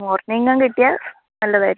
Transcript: morning കിട്ടിയാൽ നല്ലതായിരുന്നു